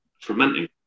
fermenting